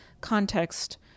context